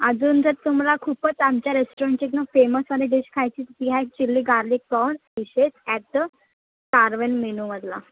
अजून जर तुम्हाला खूपच आमच्या रेस्टॉरंटची ना फेमसवाली डिश खायची तर ती आहे chilli garlic prawns dishes at the Carvin menu मधला